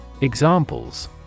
Examples